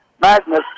Madness